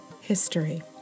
history